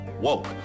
woke